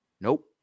Nope